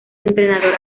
entrenador